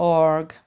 org